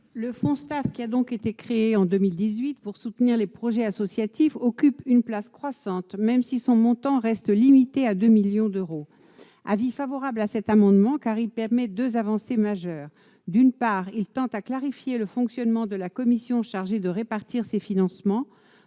Le fonds Stafe, qui a été créé en 2018 pour soutenir les projets associatifs, occupe une place croissante, même si son montant reste limité à 2 millions d'euros. L'adoption de cet amendement permettrait deux avancées majeures : d'une part, clarifier le fonctionnement de la commission chargée de répartir ces financements,